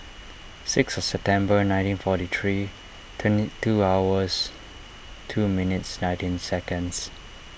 six of September nineteen forty three twenty two hours two minutes nineteen seconds